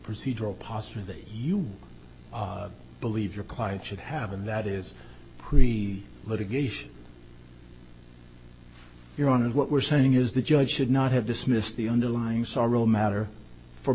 procedural posture that you believe your client should have and that is read litigation you're on and what we're saying is the judge should not have dismissed the underlying sorel matter for